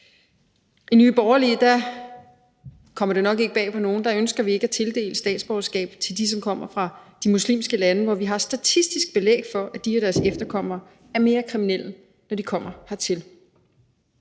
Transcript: I Nye Borgerlige – det kommer nok ikke bag på nogen – ønsker vi ikke at tildele statsborgerskab til dem, som kommer fra de muslimske lande, hvor vi har statistisk belæg for, at de og deres efterkommere er mere kriminelle, når de kommer hertil.